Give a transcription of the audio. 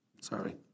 Sorry